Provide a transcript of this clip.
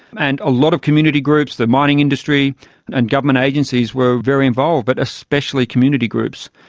and a lot of community groups, the mining industry and government agencies were very involved, but especially community groups.